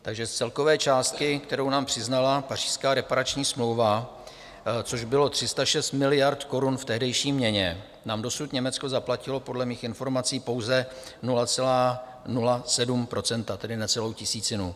Z celkové částky, kterou nám přiznala Pařížská reparační smlouva, což bylo 306 miliard korun v tehdejší měně, nám dosud Německo zaplatilo podle mých informací pouze 0,07 %, tedy necelou tisícinu.